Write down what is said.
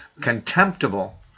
contemptible